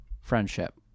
friendship